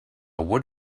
wood